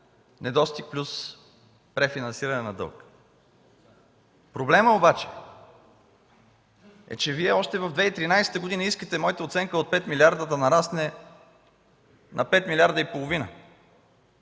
недостиг плюс рефинансиране на дълг. Проблемът обаче е, че Вие още в 2013 г. искате моята оценка от 5 милиарда да нарасне на пет милиарда и половина.